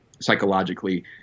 psychologically